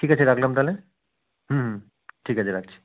ঠিক আছে রাখলাম তাহলে হুম হুম ঠিক আছে রাখছি